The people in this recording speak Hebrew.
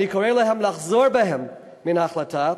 אני קורא להם לחזור בהם מן ההחלטה,